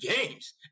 games